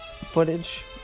footage